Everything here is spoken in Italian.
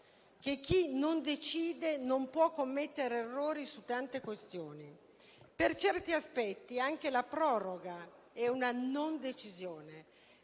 che chi non decide non può commettere errori su tante questioni. Per certi aspetti, anche la proroga è una non decisione,